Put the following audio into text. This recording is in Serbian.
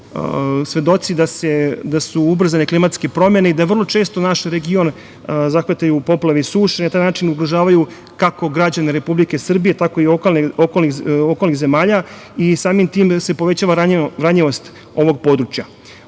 da su ubrzane klimatske promene i da vrlo često naš region zahvataju poplave i suše, na taj način ugrožavaju kako građane Republike Srbije, tako i građane okolnih zemalja i samim tim se povećava ranjivost ovog područja. Ovaj